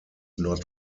not